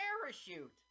parachute